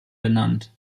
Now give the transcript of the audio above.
benannt